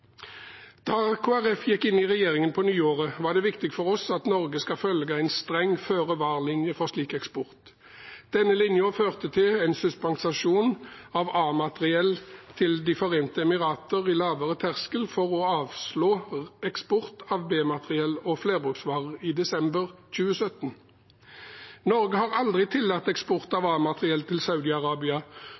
Da Kristelig Folkeparti gikk inn i regjeringen på nyåret, var det viktig for oss at Norge skal følge en streng føre-var-linje for slik eksport. Denne linjen førte til en suspensjon av A-materiell til De forente arabiske emirater og lavere terskel for å avslå eksport av B-materiell og flerbruksvarer i desember 2017. Norge har aldri tillatt eksport av A-materiell til